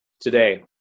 today